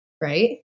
right